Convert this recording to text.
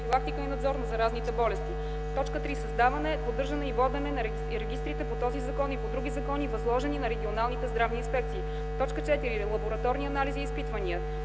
и надзор на заразните болести; 3. създаване, поддържане и водене на регистрите по този закон и по други закони, възложени на регионалните здравни инспекции; 4. лабораторни анализи и изпитвания;